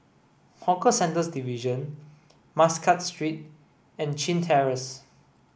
Hawker Centres Division Muscat Street and Chin Terrace